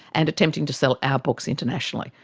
and attempting to sell our books internationally.